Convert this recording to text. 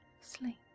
Sleep